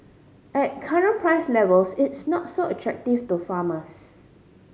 at current price levels it's not so attractive to farmers